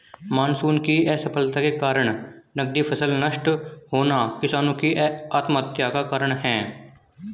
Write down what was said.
monsoon की असफलता के कारण नकदी फसल नष्ट होना किसानो की आत्महत्या का कारण है